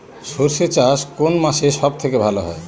সর্ষে চাষ কোন মাসে সব থেকে ভালো হয়?